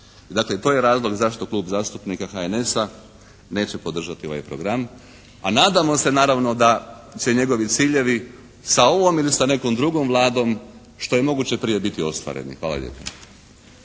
Dakle, to je razloga zašto Klub zastupnika HNS-a neće podržati ovaj program. A nadamo se naravno da će njegovi ciljevi sa ovom ili sa nekom drugom Vladom što je moguće prije biti ostvareni. Hvala lijepa.